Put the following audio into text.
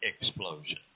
explosion